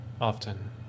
often